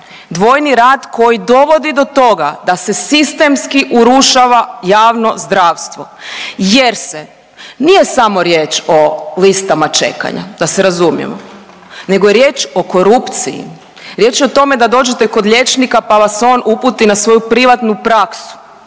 dvojni rad koji dovodi do toga da se sistemski urušava javno zdravstvo jer se nije samo riječ o listama čekanja da se razumijemo nego je riječ o korupciji, riječ je o tome da dođete kod liječnika pa vas on uputi na svoju privatnu praksu.